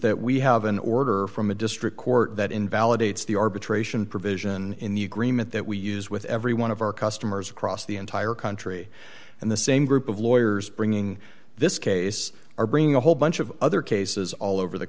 that we have an order from a district court that invalidates the arbitration provision in the agreement that we use with every one of our customers across the entire country and the same group of lawyers bringing this case are bringing a whole bunch of other cases all over the